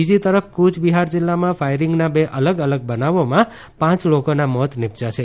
બીજી તરફ ફય બિહાર જિલ્લામાં ફાયરિંગના બે અલગ અલગ બનાવોમાં પાંચ લોકોનાં મોત નીપજ્યાં છે